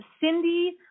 Cindy